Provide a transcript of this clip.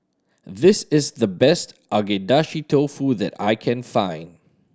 this is the best Agedashi Dofu that I can find